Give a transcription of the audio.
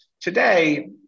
today